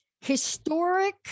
historic